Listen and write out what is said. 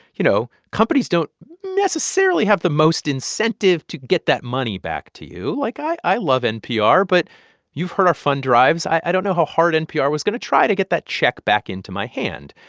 you know, companies don't necessarily have the most incentive to get that money back to you. like, i i love npr, but you've heard our fund drives. i don't know how hard npr was going to try to get that check back into my hand.